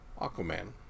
Aquaman